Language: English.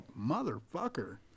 motherfucker